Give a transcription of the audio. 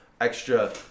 extra